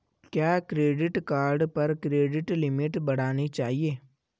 क्या credit card पर credit limit बढ़ानी चाहिए?